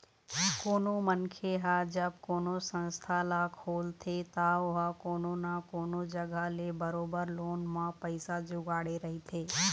कोनो मनखे ह जब कोनो संस्था ल खोलथे त ओहा कोनो न कोनो जघा ले बरोबर लोन म पइसा जुगाड़े रहिथे